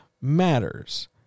matters